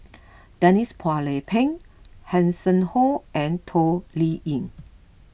Denise Phua Lay Peng Hanson Ho and Toh Liying